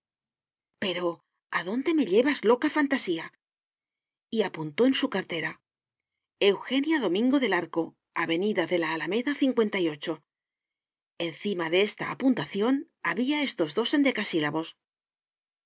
dominga pero adónde me llevas loca fantasía y apuntó en su cartera eugenia domingo del arco avenida de la alameda y encima de esta apuntación había estos dos endecasílabos de